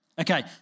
Okay